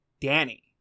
Danny